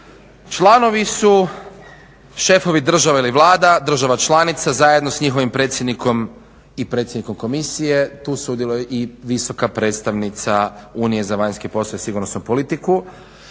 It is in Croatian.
Članovi su šefovi država ili Vlada, država članica zajedno s njihovim predsjednikom i predsjednikom komisije. Tu sudjeluje i visoka predstavnica unije za vanjske poslove i sigurnosnu politiku